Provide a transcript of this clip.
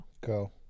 Go